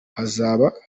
hazaba